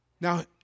Now